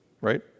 right